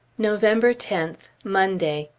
november tenth, monday.